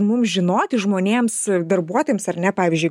mums žinoti žmonėms darbuotojams ar ne pavyzdžiui